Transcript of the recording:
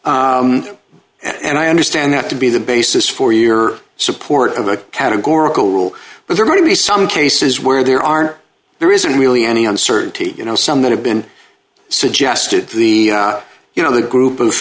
thing and i understand that to be the basis for your support of a categorical rule but they're going to be some cases where there are there isn't really any uncertainty you know some that have been suggested the you know the group of